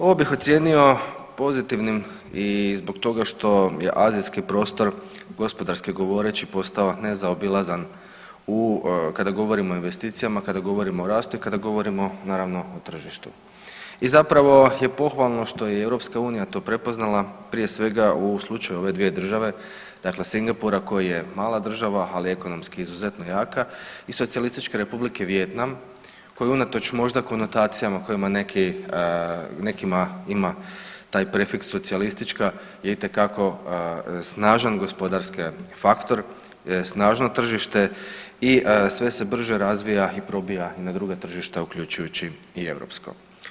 Ovo bih ocijenio pozitivnim i zbog toga što je azijski prostor gospodarski govoreći, postao nezaobilazan u, kada govorimo o investicijama i kada govorimo, naravno o tržištu i zapravo je pohvalno što je i EU to prepoznala, prije svega, u slučaju ove dvije države, dakle Singapura koji je mala država, ali ekonomski izuzetno jaka i Socijalističke Republike Vijetnam koji unatoč možda, konotacijama kojima nekima ima taj prefiks socijalistička je itekako snažan gospodarski faktor, snažno tržište i sve se brže razvija i probija i na druga tržišta, uključujući i europsko.